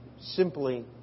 simply